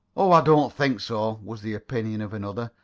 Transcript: oh, i don't think so, was the opinion of another.